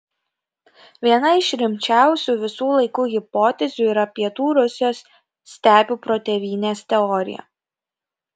viena iš rimčiausių visų laikų hipotezių yra pietų rusijos stepių protėvynės teorija